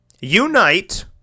Unite